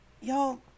Y'all